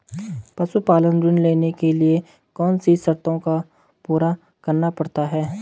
पशुपालन ऋण लेने के लिए कौन सी शर्तों को पूरा करना पड़ता है?